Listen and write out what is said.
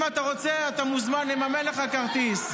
אם אתה רוצה, אתה מוזמן, נממן לך כרטיס.